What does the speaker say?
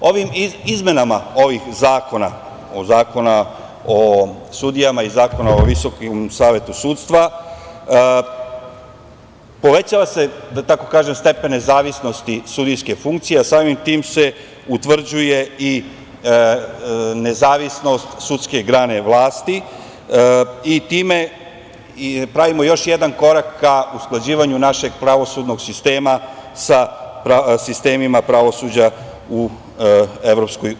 Ovim izmenama ovih zakona, Zakona o sudijama i Zakona o Visokom savetu sudstva povećava se, da tako kažem, stepen nezavisnosti 10/2 MJ/CG sudijske funkcije, a samim tim se utvrđuje i nezavisnost sudske grane vlasti i time pravimo još jedan korak ka usklađivanju našeg pravosudnog sistema sa sistemima pravosuđa u EU.